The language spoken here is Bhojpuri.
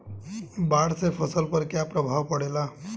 बाढ़ से फसल पर क्या प्रभाव पड़ेला?